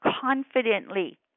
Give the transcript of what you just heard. confidently